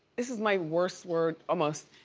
this is my worst word, almost,